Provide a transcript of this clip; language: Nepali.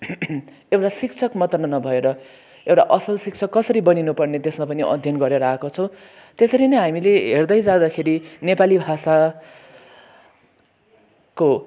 एउटा शिक्षक मात्र नभएर एउटा असल शिक्षक कसरी बनिनुपर्ने त्यसमा पनि अध्ययन गरेर आएको छु त्यसरी नै हामीले हेर्दै जाँदाखेरि नेपाली भाषाको